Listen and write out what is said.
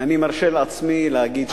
אני מרשה לעצמי להגיד,